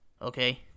Okay